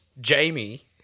Jamie